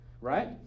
right